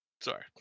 sorry